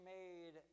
made